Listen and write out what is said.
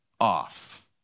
off